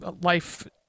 life